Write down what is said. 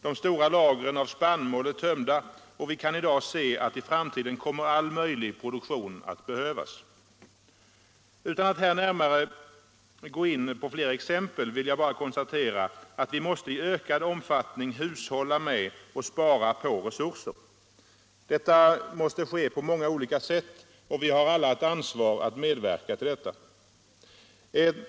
De stora lagren av spannmål är tömda, och vi kan i dag se att i framtiden kommer all möjlig produktion att behövas. Utan att här gå in på flera exempel vill jag bara konstatera att vi måste i ökad omfattning hushålla med och spara på resurser. Detta måste ske på många olika sätt, och vi har alla ett ansvar att medverka till detta.